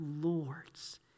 lords